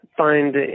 find